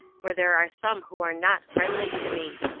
where there are some who are not friendly to me.